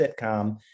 sitcom